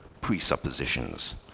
presuppositions